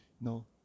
No